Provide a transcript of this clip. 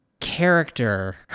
Character